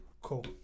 Cool